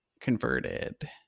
converted